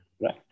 Right